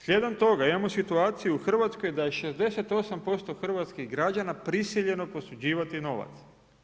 Slijedom toga imamo situaciju u RH da je 68% hrvatskih građana prisiljeno posuđivati novac.